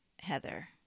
Heather